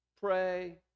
pray